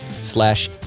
slash